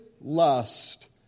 lust